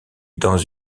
dans